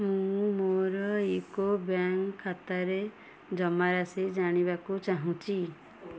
ମୁଁ ମୋର ୟୁକୋ ବ୍ୟାଙ୍କ୍ ଖାତାରେ ଜମାରାଶି ଜାଣିବାକୁ ଚାହୁଁଛି